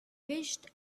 wished